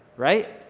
right?